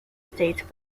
states